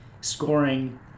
scoring